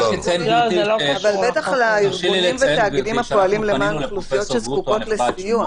אבל בטח לארגונים ולתאגידים הפועלים למען אוכלוסיות שזקוקות לסיוע.